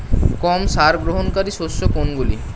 কম সার গ্রহণকারী শস্য কোনগুলি?